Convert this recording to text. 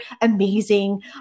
amazing